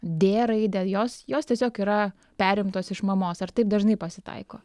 d raidę jos jos tiesiog yra perimtos iš mamos ar taip dažnai pasitaiko